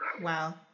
Wow